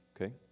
Okay